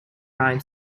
ryan